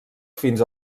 fins